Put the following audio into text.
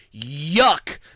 yuck